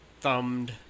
thumbed